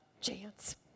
chance